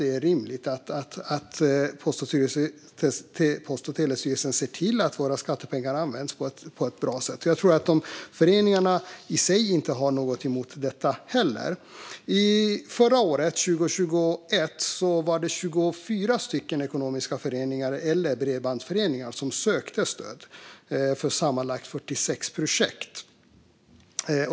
Det är rimligt att Post och telestyrelsen ser till att våra skattepengar används på ett bra sätt. Jag tror inte att föreningarna själva heller har något emot detta. Förra året, 2021, sökte 24 ekonomiska föreningar eller bredbandsföreningar stöd för sammanlagt 46 projekt.